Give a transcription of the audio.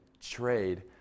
trade